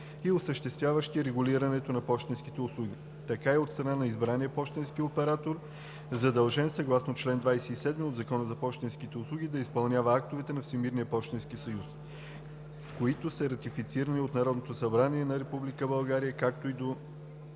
и осъществяващи регулирането на пощенските услуги, така и от страна на избрания пощенски оператор, задължен съгласно чл. 27 от Закона за пощенските услуги да изпълнява актовете на ВПС, които са ратифицирани от Народното събрание на Република